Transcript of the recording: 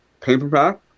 Paperback